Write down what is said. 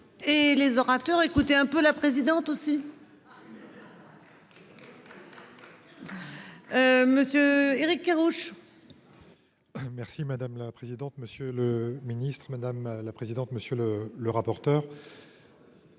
Et les orateurs écouter un peu la présidente aussi. Monsieur Éric Kerrouche. Merci madame la présidente. Monsieur le Ministre, madame la présidente, monsieur le le rapporteur.